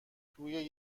توی